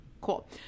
cool